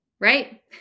right